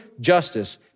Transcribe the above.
justice